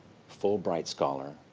fulbright scholar,